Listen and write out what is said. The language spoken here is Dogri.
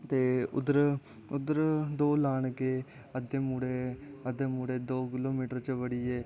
ते उद्दर दौड़ लान गे अध्दे मुड़े दो किलो मीटर च वड़िये